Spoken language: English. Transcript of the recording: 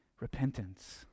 repentance